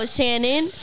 Shannon